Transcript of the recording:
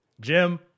Jim